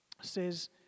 says